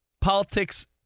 politics